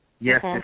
Yes